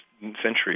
century